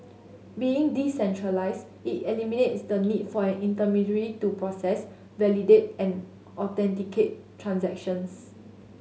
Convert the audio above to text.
being decentralised it eliminates the need for an intermediary to process validate and authenticate transactions